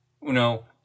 No